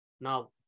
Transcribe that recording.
Now